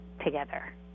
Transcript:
together